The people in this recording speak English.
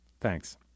Thanks